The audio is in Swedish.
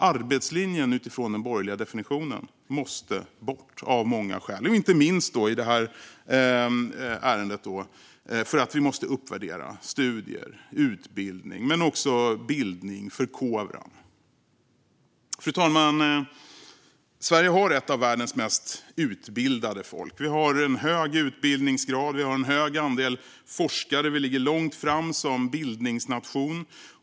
Arbetslinjen, utifrån den borgerliga definitionen, måste bort, och det av många skäl - inte minst, i detta ärende, för att vi måste uppvärdera studier och utbildning men också bildning och förkovran. Fru talman! Sverige har ett av världens mest utbildade folk. Vi har en hög utbildningsgrad, vi har en hög andel forskare och vi ligger långt fram som bildningsnation.